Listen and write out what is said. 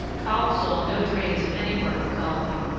kalm saw no drains in any part of the colony,